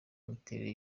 imiterere